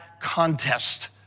contest